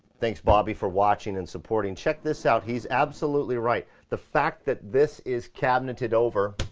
thanks bobby, for watching and supporting. check this out, he's absolutely right. the fact that this is cabinet hid over,